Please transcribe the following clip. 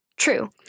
True